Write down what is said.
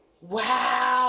Wow